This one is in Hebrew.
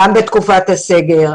גם בתקופת הסגר,